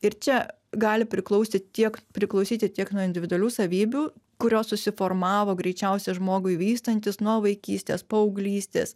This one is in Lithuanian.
ir čia gali priklausti tiek priklausyti tiek nuo individualių savybių kurios susiformavo greičiausiai žmogui vystantis nuo vaikystės paauglystės